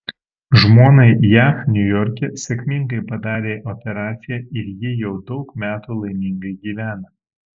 žmonai jav niujorke sėkmingai padarė operaciją ir ji jau daug metų laimingai gyvena